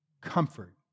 comfort